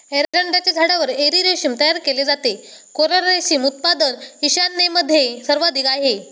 एरंडाच्या झाडावर एरी रेशीम तयार केले जाते, कोरल रेशीम उत्पादन ईशान्येमध्ये सर्वाधिक आहे